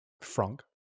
frank